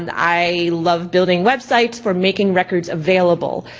and i love building websites for making records available.